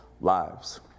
lives